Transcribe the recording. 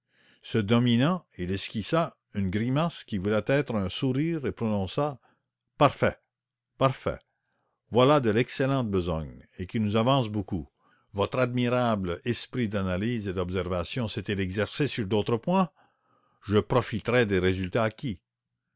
se dominant il esquissa une grimace qui voulait être un sourire et prononça parfait parfait voilà de l'excellente besogne et qui nous avance beaucoup cependant comme c'est vous outrager que de refaire ce que vous avez déjà fait dites-moi tout de suite si votre admirable esprit d'analyse et d'observation ne s'est pas exercé sur d'autres points je profiterai des résultats acquis